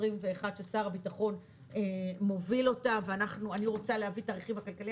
ששר הביטחון מוביל אותה ואני רוצה להביא את הרכיב הכלכלי.